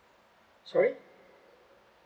sorry